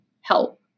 help